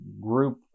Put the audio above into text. group